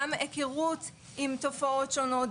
גם היכרות עם תופעות שונות,